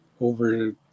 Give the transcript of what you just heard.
over